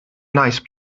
nice